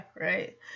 right